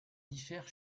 diffère